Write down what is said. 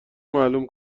معلوم